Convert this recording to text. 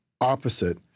opposite